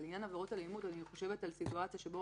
אבל לעניין עבירות אלימות אני חושבת על סיטואציה שבה